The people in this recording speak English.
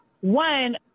one